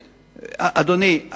אדוני,